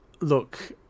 Look